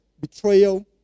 betrayal